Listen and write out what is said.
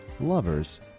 lovers